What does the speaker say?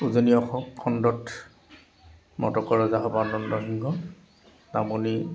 উজনি অসম খণ্ডত মটকৰ ৰজা সৰ্বানন্দ সিংহ নামনি